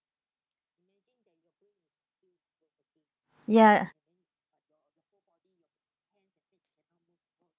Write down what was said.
ya